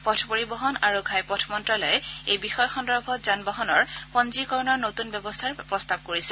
পথ পৰিবহণ আৰু ঘাইপথ মন্ত্যালয়ে এই বিষয় সন্দৰ্ভত যানবাহনৰ পঞ্জীকৰণৰ নতুন ব্যৱস্থাৰ প্ৰস্তাৱ কৰিছে